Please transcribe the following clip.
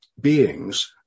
beings